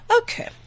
okay